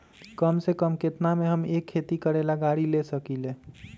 कम से कम केतना में हम एक खेती करेला गाड़ी ले सकींले?